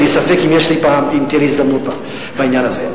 ספק אם תהיה לי הזדמנות פעם בעניין הזה.